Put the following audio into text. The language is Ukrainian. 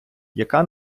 яка